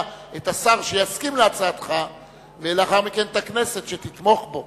את השר שיסכים להצעתך ולאחר מכן את הכנסת שתתמוך בו.